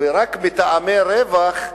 ופועלים רק מטעמי רווח,